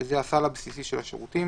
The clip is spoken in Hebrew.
זה הסל הבסיסי של השירותים.